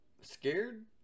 Scared